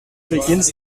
begins